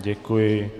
Děkuji.